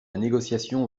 négociation